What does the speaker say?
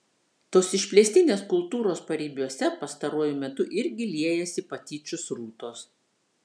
tos išplėstinės kultūros paribiuose pastaruoju metu irgi liejasi patyčių srutos